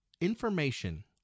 information